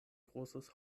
großes